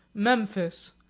memphis,